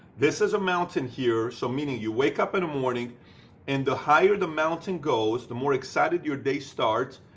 this is a mountain here, so meaning you wake up in the morning and the higher the mountain goes, the more excited your day starts,